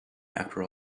after